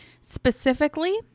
specifically